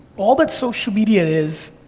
all that social media is,